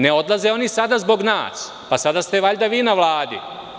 Ne odlaze oni sada zbog nas, sada ste valjda vi u Vladi.